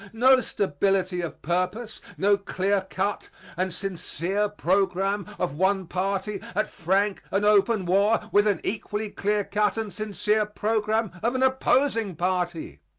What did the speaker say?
no stability of purpose, no clear-cut and sincere program of one party at frank and open war with an equally clear-cut and sincere program of an opposing party.